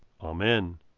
Amen